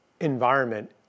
environment